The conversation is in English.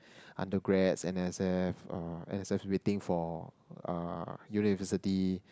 undergrads N_S_F uh N_S_F waiting for uh university